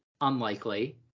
unlikely